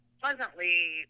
pleasantly